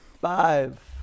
five